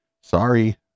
Sorry